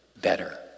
better